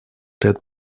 ряд